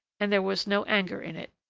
and there was no anger in it.